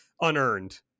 unearned